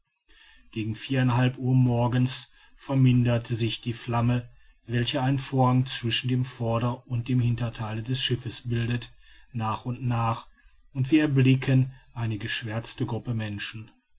gegen vier ein halb uhr morgens vermindert sich die flamme welche einen vorhang zwischen dem vorder und dem hintertheile des schiffes bildete nach und nach und wir erblicken eine geschwärzte gruppe menschen